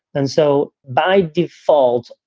and so by default,